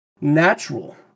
natural